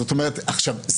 עכשיו,